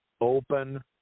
open